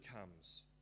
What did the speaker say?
comes